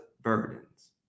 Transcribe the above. burdens